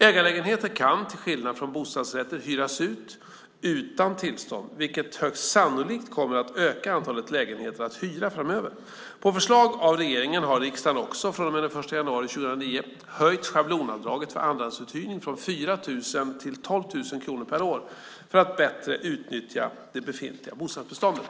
Ägarlägenheter kan, till skillnad från bostadsrätter, hyras ut utan tillstånd, vilket högst sannolikt kommer att öka antalet lägenheter att hyra framöver. På förslag av regeringen har riksdagen också, från och med den 1 januari 2009, höjt schablonavdraget för andrahandsuthyrning från 4 000 kronor per år till 12 000 kronor per år för att bättre utnyttja det befintliga bostadsbeståndet.